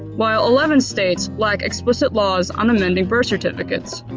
while eleven states lack explicit laws on amending birth certificates.